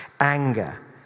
anger